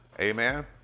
Amen